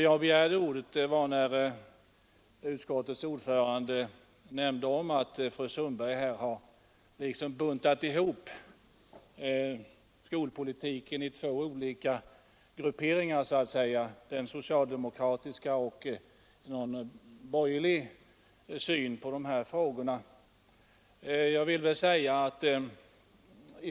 Jag begärde ordet därför att utskottets ordförande sade att fru Sundberg har buntat ihop oss i två olika grupperingar, som representerar den socialdemokratiska synen och en borgerlig syn på skolpolitiken.